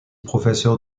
professeur